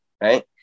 Right